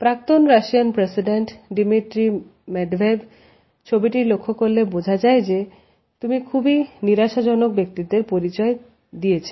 প্রাক্তন Russian president Dmitry Medvedev ছবিটি লক্ষ্য করলে বোঝা যায় যে তুমি খুবই নিরাশা জনক ব্যক্তিত্বের পরিচয় দিয়েছেন